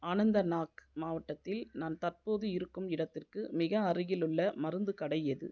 அனந்தநாக் மாவட்டத்தில் நான் தற்போது இருக்கும் இடத்திற்கு மிக அருகிலுள்ள மருந்துக் கடை எது